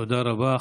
תודה רבה.